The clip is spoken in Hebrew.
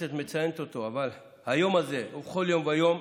הכנסת מציינת אותו, אבל היום הזה הוא כל יום ויום,